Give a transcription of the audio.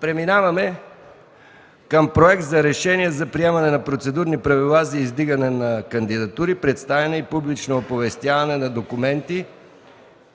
правни въпроси относно приемане на Процедурни правила за издигане на кандидатури, представяне и публично оповестяване на на документи,